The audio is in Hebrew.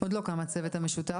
עוד לא קם הצוות המשותף.